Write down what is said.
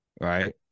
right